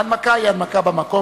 ההנמקה היא מהמקום,